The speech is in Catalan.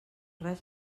res